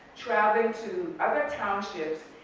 traveling to other townships,